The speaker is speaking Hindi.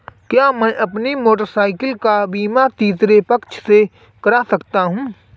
क्या मैं अपनी मोटरसाइकिल का बीमा तीसरे पक्ष से करा सकता हूँ?